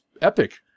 epic